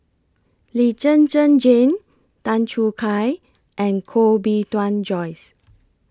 Lee Zhen Zhen Jane Tan Choo Kai and Koh Bee Tuan Joyce